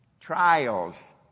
Trials